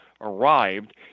arrived